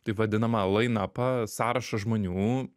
taip vadinamą lainapą sąrašą žmonių